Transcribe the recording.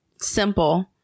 simple